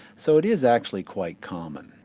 so it is actually quite common.